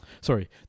sorry